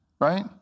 Right